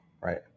right